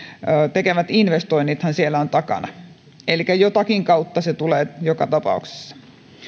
tekemät investoinnithan siellä ovat takana elikkä jotakin kautta se tulee joka tapauksessa